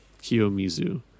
Kiyomizu